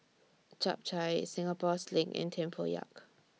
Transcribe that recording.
Chap Chai Singapore Sling and Tempoyak